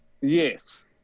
yes